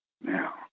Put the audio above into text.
Now